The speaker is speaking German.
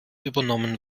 übernommen